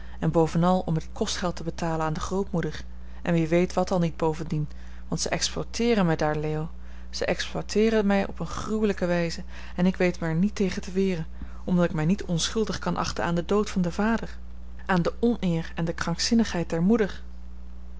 en bovenal om het kostgeld te betalen aan de grootmoeder en wie weet wat al niet bovendien want zij exploiteeren mij daar leo zij exploiteeren mij op eene gruwelijke wijze en ik weet er mij niet tegen te weren omdat ik mij niet onschuldig kan achten aan den dood van den vader aan de oneer en de krankzinnigheid der moeder